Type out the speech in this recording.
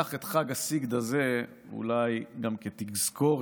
תיקח את חג הסגד הזה אולי גם כתזכורת